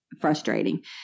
frustrating